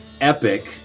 epic